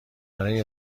برای